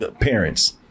parents